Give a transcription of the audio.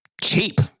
cheap